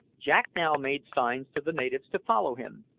jack now made signs to the natives to follow him,